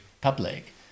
public